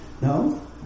no